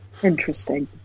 Interesting